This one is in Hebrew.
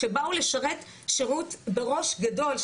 שבאו לשרת שרות בראש גדול,